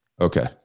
Okay